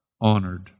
honored